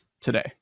today